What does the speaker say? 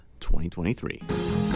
2023